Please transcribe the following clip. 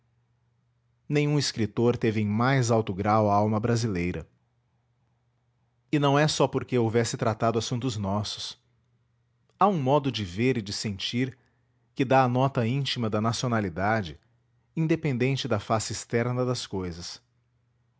nenhum escritor teve em mais alto grau a alma brasileira e não é só porque houvesse tratado assuntos nossos há um modo de ver e de sentir que dá a nota íntima da nacionalidade independente da face externa das cousas